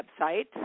website